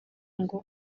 ngo